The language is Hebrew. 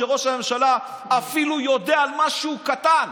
שראש הממשלה יודע אפילו משהו קטן,